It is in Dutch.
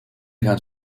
gaan